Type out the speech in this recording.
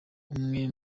umwe